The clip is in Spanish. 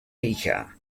hija